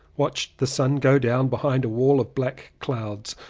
watched the sun go down behind a wall of black clouds.